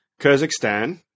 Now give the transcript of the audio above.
Kazakhstan